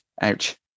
ouch